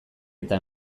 eta